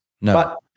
No